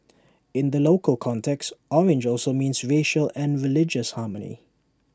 in the local context orange also means racial and religious harmony